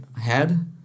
head